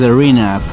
Arena